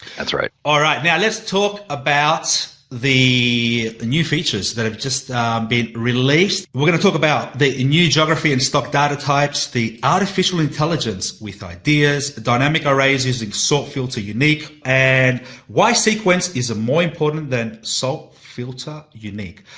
that's right. john all right, now let's talk about the new features that have just been released. we're going to talk about the new geography and stock data types, the artificial intelligence with ideas, dynamic arrays using sort, filter, unique and why sequence is a more important than sort, so filter, unique.